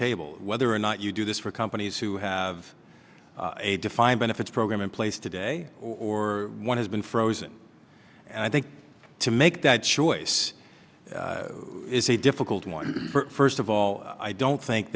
table whether or not you do this for companies who have a defined benefits program in place today or what has been frozen and i think to make that choice is a difficult one for us of all i don't think